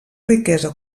riquesa